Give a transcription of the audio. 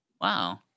Wow